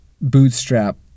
bootstrap